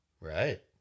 Right